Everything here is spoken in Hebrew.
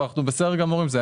ואנחנו בסדר גמור עם זה.